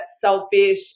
selfish